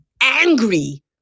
angry